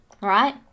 Right